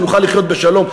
שנוכל לחיות בשלום.